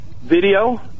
video